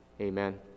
Amen